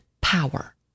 power